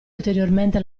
ulteriormente